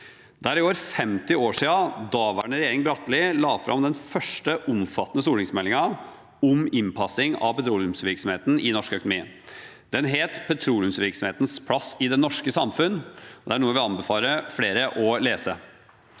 er i år 50 år siden daværende regjering Bratteli la fram den første omfattende stortingsmeldingen om innpassing av petroleumsvirksomheten i norsk økonomi. Den het «Petroleumsvirksomhetens plass i det norske samfunn» og er noe jeg vil anbefale flere å lese.